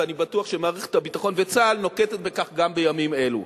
ואני בטוח שמערכת הביטחון וצה"ל נוקטים אותה גם בימים אלו.